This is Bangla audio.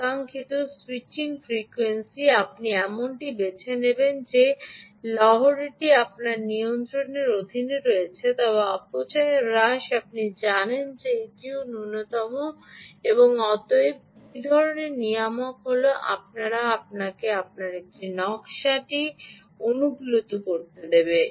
কাঙ্ক্ষিত স্যুইচিং ফ্রিকোয়েন্সি আপনি এমনটি বেছে নেবেন যে লহরীটি আপনার নিয়ন্ত্রণের অধীনে রয়েছে তবে অপচয় হ্রাস আপনি জানেন যে এটিও ন্যূনতম এবং অতএব সেই ধরণের নিয়ামক হল আমরা আপনাকে আপনার নকশাটি অনুকূলিত করতে দেব